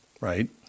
right